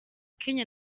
kenya